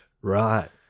right